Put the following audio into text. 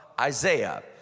Isaiah